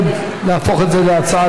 מי נגד להפוך את זה להצעה